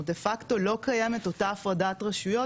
זאת אומרת דה - פאקטו לא קיימת אותה הפרדת רשויות